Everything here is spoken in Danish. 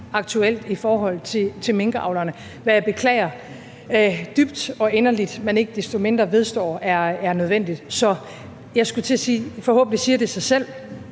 aktuelt i forhold til minkavlerne, hvad jeg beklager dybt og inderligt, men ikke desto mindre vedstår er nødvendigt. Så jeg skulle til at sige, at forhåbentlig siger det sig selv,